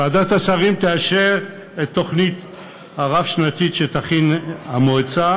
ועדת השרים תאשר את התוכנית הרב-שנתית שתכין המועצה